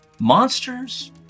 Monsters